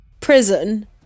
prison